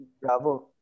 Bravo